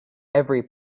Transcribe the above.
every